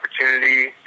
opportunity